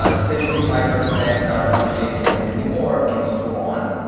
ah seventy five percent are not shaking hands anymore, and so on.